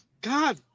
God